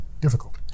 difficult